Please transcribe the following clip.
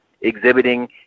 exhibiting